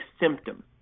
symptom